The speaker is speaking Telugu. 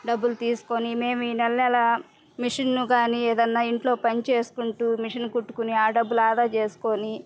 డబ్బులు తీసుకొని మేము ఈ నెలనెలా మిషన్లు కానీ ఏదైనా ఇంట్లో పని చేసుకుంటూ మిషన్ కుట్టుకొని ఆ డబ్బులు ఆదా చేసుకుని